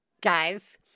guys